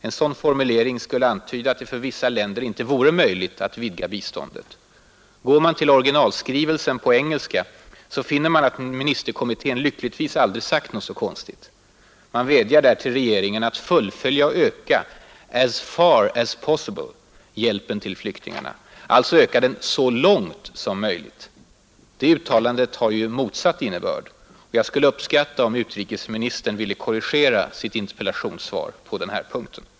En sådan formulering skulle antyda att det för vissa länder inte vore möjligt att vidga biståndet. Går man till originalskrivelsen på engelska, finner man att ministerkommittén lyckligtvis aldrig sagt något så konstigt. Kommittén vädjar där till regeringarna att fullfölja och öka ”as far as possible” hjälpen till flyktingarna, alltså öka den ”så långt som möjligt”. Det uttalandet har ju motsatt innebörd, och jag skulle uppskatta om utrikesministern ville korrigera sitt interpellationssvar på den här punkten.